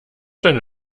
deine